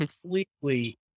completely